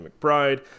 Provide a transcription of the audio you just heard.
McBride